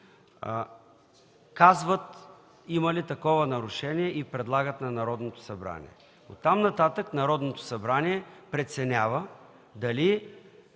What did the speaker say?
казват има ли такова нарушение и предлагат на Народното събрание. Оттам нататък Народното събрание преценява